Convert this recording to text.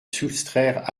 soustraire